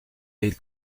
aid